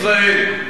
אנחנו היום,